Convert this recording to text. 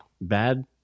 bad